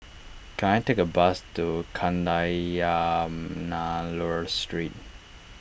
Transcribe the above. can I take a bus to Kadayanallur Street